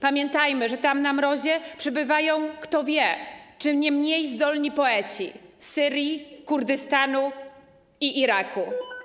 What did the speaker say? Pamiętajmy, że tam na mrozie przebywają, kto wie, czy nie mniej zdolni poeci z Syrii, Kurdystanu i Iraku.